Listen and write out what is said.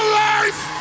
life